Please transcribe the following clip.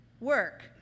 work